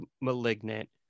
Malignant